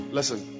Listen